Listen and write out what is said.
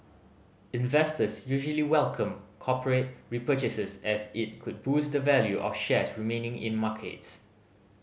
investors usually welcome corporate repurchases as it could boost the value of shares remaining in markets